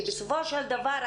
בסופו של דבר,